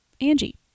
Angie